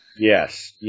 Yes